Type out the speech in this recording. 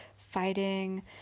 fighting